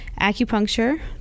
acupuncture